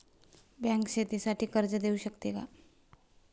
Bank शेतीसाठी कर्ज देऊ शकते का?